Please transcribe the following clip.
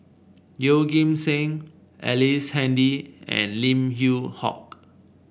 Yeoh Ghim Seng Ellice Handy and Lim Yew Hock